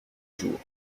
jour